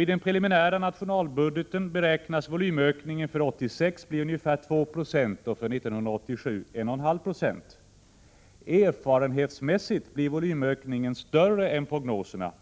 I den preliminära nationalbudgeten beräknades volymökningen bli ungefär 2 90 för 1986 och 1,5 90 för 1987. Erfarenhetsmässigt blir volymökningen större än prognoserna.